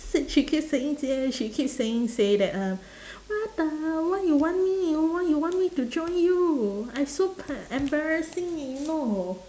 she keep saying jie she keep saying say that uh what the why you want me why you want me to join you I'm so pa~ embarrassing you know